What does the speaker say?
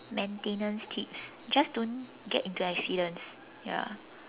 maintenance tips just don't get into accidents ya